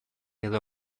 edo